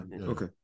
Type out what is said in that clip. okay